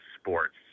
sports